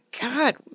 God